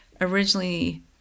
originally